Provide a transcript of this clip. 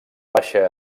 baixa